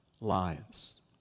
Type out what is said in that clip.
lives